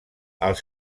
els